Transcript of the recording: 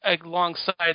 alongside